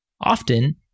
Often